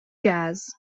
jazz